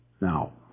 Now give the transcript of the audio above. Now